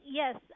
yes